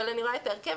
אבל אני רואה את ההרכב,